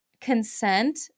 consent